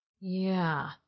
Yeah